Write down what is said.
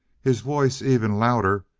his voice even louder,